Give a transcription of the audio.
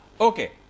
Okay